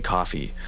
Coffee